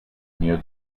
near